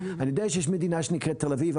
אני יודע שיש מדינה שנקראת תל אביב,